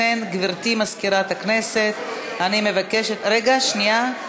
לכן, גברתי מזכירת הכנסת, אני מבקשת, רגע, שנייה.